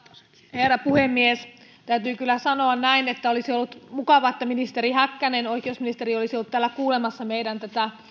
herra puhemies täytyy kyllä sanoa näin että olisi ollut mukavaa että oikeusministeri häkkänen olisi ollut täällä kuulemassa tätä meidän